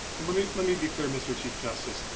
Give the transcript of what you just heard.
and let me let me be clear, mr. chief justice.